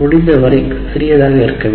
முடிந்தவரை சிறியதாக இருக்க வேண்டும்